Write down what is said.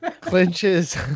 clinches